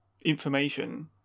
information